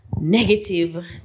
negative